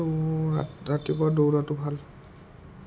আৰু ৰাতিপুৱা দৌৰাটো ভাল